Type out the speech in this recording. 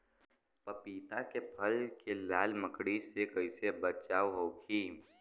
पपीता के फल के लाल मकड़ी से कइसे बचाव होखि?